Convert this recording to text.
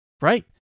right